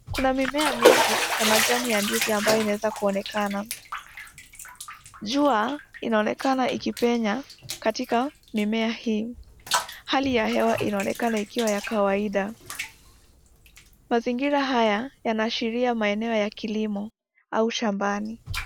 Kuna mimea mingi, ya majani ya ndizi ambayo inaweza kuonekana, jua inaonekana ikipenya katika mimea hii, hali ya hewa inaonekana ikiwa ya kawaida, mazingira haya yanaashiria maeneo ya kilimo, au shambani.